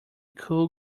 cool